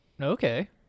Okay